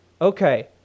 okay